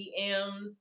DMs